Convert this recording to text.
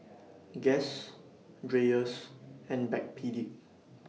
Guess Dreyers and Backpedic